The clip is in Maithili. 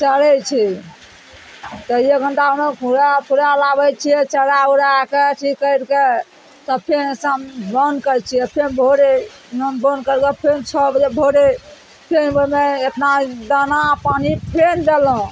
चरय छै तऽ एक घण्टामे हुरायल फुरायल आबय छियै चरा उरा कए अथी करि कए तऽ फेन शाममे बन्द करय छियै तऽ फेन भोरे बन्द करि कऽ फेन छओ बजे भोरे फेन ओइमे एतना दाना पानि फेन देलहुँ